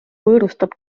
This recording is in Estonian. võõrustab